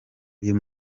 uyu